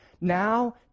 Now